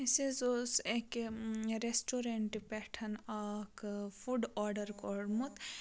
اَسہِ حظ اوس اَکہِ ریسٹورَنٹہٕ پیٚٹھ اَکھ فُڈ آرڈَر کوٚرمُت